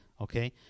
Okay